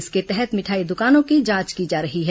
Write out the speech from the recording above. इसके तहत मिठाई दुकानों की जांच की जा रही है